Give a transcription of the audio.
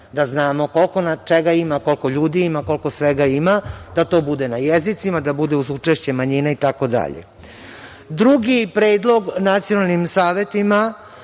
da znamo koliko čega ima, koliko ljudi ima, koliko svega, da to bude na jezicima, da bude uz učešće manjina itd. Drugi predlog nacionalnim savetima